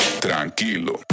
tranquilo